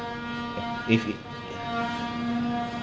if he